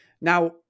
Now